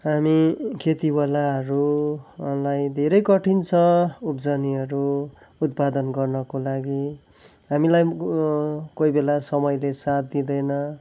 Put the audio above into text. हामी खेतीवालाहरूलाई धेरै कठिन छ उब्जनीहरू उत्पादन गर्नको लागि हामीलाई कोही बेला समयले साथ दिँदैन